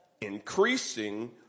increasing